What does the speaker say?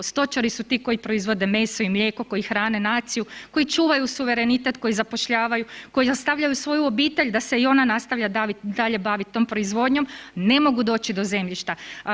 Stočari su ti koji proizvode meso i mlijeko, koji hrane naciju, koji čuvaju suverenitet, koji zapošljavaju, koji ... svoju obitelj da se i ona nastavlja dalje baviti tom proizvodnjom, ne mogu doći do zemljišta.